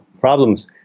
problems